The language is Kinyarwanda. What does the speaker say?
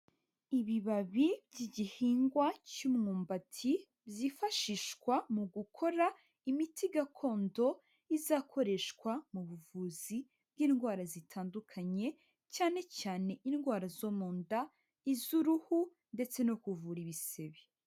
Ibibabi by'igihingwa cy'umwumbati, byifashishwa mu gukora imiti gakondo izakoreshwa mu buvuzi bw'indwara zitandukanye, cyane cyane indwara zo mu nda, iz'uruhu ndetse no kuvura ibisebe.